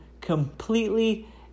completely